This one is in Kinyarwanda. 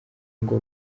ngo